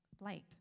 light